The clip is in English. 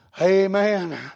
amen